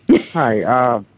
Hi